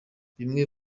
bimwe